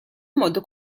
modo